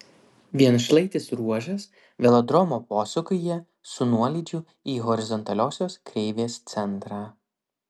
vienšlaitis ruožas velodromo posūkyje su nuolydžiu į horizontaliosios kreivės centrą